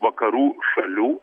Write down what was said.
vakarų šalių